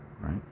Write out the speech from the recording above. right